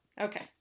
okay